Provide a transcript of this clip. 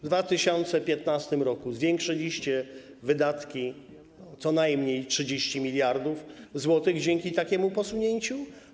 W 2015 r. zwiększyliście wydatki co najmniej o 30 mld zł dzięki takiemu posunięciu.